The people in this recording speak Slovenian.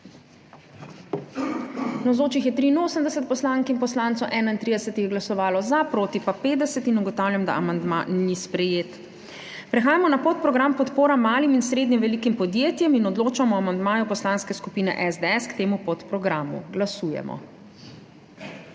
31 jih je glasovalo za, proti pa 50. (Za je glasovalo 31.) (Proti 50.) Ugotavljam, da amandma ni sprejet. Prehajamo na podprogram Podpora malim in srednje velikim podjetjem in odločamo o amandmaju Poslanske skupine SDS k temu podprogramu. Glasujemo.